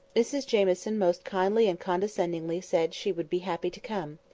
mrs jamieson most kindly and condescendingly said she would be happy to come.